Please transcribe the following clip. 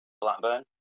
blackburn